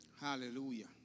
Hallelujah